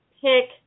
pick